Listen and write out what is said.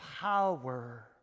power